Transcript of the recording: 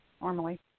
normally